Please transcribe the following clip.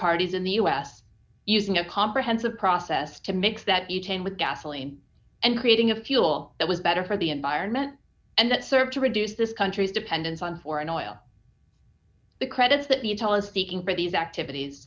parties in the u s using a comprehensive process to mix that you ten with gasoline and creating a fuel that was better for the environment and that served to reduce this country's dependence on foreign oil the credits that you tell us speaking for these activities